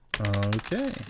okay